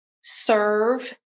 serve